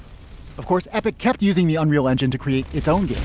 of course, epic kept using the unreal engine to create its own